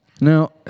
Now